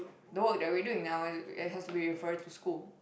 the work that we're doing now it it has to be referring to school